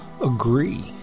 agree